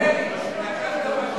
אבל אמרת "דרעי", נקבת בשם שלו.